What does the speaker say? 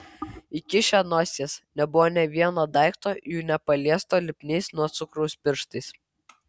įkišę nosies nebuvo nė vieno daikto jų nepaliesto lipniais nuo cukraus pirštais